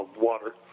water